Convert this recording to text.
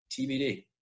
TBD